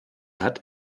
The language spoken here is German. hat